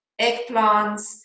eggplants